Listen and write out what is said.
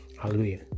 hallelujah